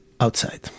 Outside